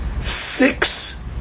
six